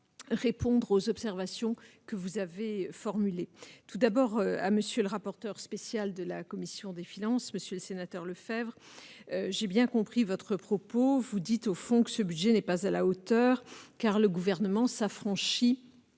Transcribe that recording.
répondre aux observations que vous avez formulées tout d'abord à monsieur le rapporteur spécial de la commission des finances, Monsieur le Sénateur Lefèvre j'ai bien compris votre propos, vous dites au fond que ce budget n'est pas à la hauteur, car le gouvernement s'affranchit